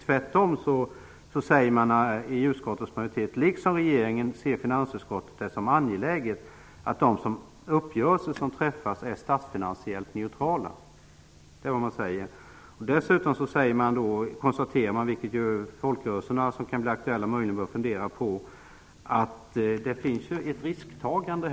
Det skall ju vara ett fåtal ägare, en snäv ägarkrets. Utskottets majoritet säger: Liksom regeringen ser finansutskottet det som angeläget att de uppgörelser som träffas är statsfinansiellt neutrala. Dessutom konstateras, vilket de folkrörelser som kan bli aktuella bör fundera på, att det finns ett risktagande.